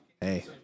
Hey